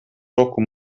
roku